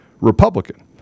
Republican